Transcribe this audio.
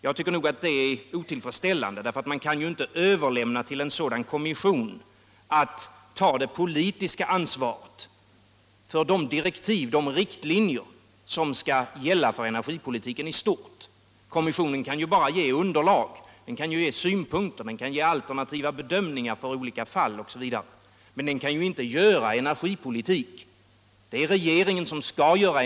Jag tycker att det är otillfredsställande. Man kan inte överlåta åt en sådan kommission att ta det politiska ansvaret för de riktlinjer och direktiv som skall gälla för energipolitiken i stort. Kommissionen kan ge underlag, anföra synpunkter och göra alternativa bedömningar för olika fall, men den kan inte utforma energipolitiken. Det skall regeringen göra.